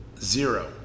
Zero